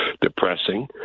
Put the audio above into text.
depressing